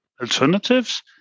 alternatives